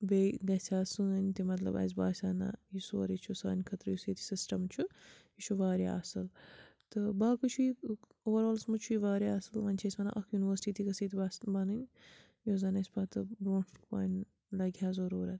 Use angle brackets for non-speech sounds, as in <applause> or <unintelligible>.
بیٚیہِ گژھہِ ہا سٲنۍ تہِ مطلب اسہِ باسہِ ہا نَہ یہِ سورُے چھُ سانہِ خٲطرٕ یُس ییٚتہِ سِسٹَم چھُ یہِ چھُ واریاہ اصٕل تہٕ باقٕے چھُ یہِ اُوَرآلَس منٛز چھُ یہِ واریاہ اصٕل وۄنۍ چھِ أسۍ وَنان اَکھ یونیورسٹی تہِ گٔژھ ییٚتہِ <unintelligible> بَنٕنۍ یۄس زَن اسہِ پَتہٕ برٛونٛٹھ پَہانۍ لَگہِ ہا ضروٗرت